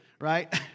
right